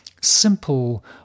simple